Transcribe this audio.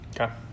Okay